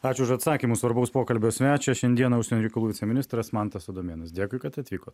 ačiū už atsakymus svarbaus pokalbio svečias šiandieną užsienio reikalų viceministras mantas adomėnas dėkui kad atvykot